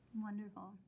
Wonderful